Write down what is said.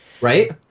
Right